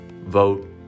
vote